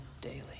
daily